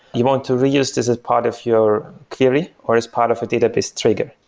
you want to reuse this as part of your theory or as part of a database trigger.